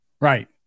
Right